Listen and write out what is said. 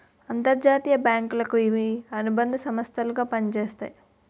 అంతర్జాతీయ బ్యాంకులకు ఇవి అనుబంధ సంస్థలు గా పనిచేస్తాయి